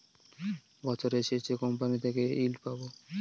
বছরের শেষে কোম্পানি থেকে ইল্ড পাবো